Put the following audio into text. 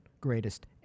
greatest